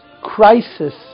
crisis